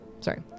sorry